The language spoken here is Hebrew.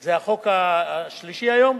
זה החוק השלישי היום?